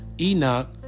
Enoch